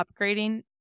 upgrading